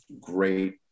great